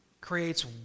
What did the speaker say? creates